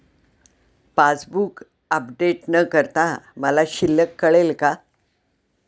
Passbook update न करता मला शिल्लक कळेल का?